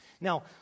Now